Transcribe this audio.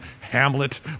Hamlet